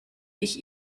ich